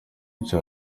kwica